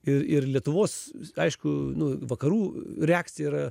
ir ir lietuvos aišku nu vakarų reakcija yra